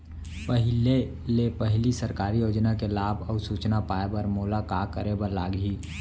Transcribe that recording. पहिले ले पहिली सरकारी योजना के लाभ अऊ सूचना पाए बर मोला का करे बर लागही?